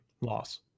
Loss